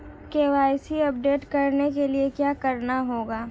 KYC update करने के लिए क्या करना होगा?